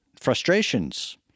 frustrations